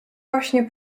właśnie